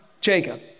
Jacob